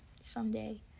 someday